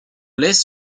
laisse